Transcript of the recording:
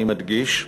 אני מדגיש,